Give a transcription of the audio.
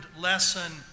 lesson